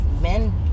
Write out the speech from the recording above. Men